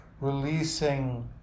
releasing